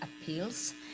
Appeals